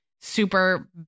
super